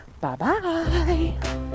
Bye-bye